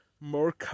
more